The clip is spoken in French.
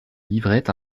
livrait